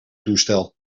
toestel